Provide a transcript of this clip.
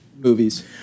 movies